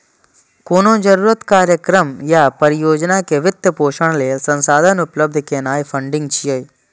कोनो जरूरत, कार्यक्रम या परियोजना के वित्त पोषण लेल संसाधन उपलब्ध करेनाय फंडिंग छियै